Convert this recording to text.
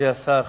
מכובדי השר,